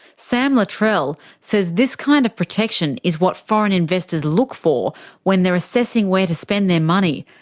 sam luttrell says this kind of protection is what foreign investors look for when they're assessing where to spend their money,